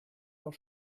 noch